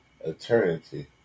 eternity